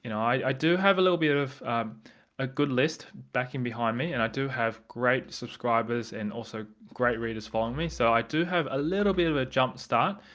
you know i do have a little bit of a good list back and behind me and i do have great subscribers and also great readers following me so i do have a little bit of a jumpstart.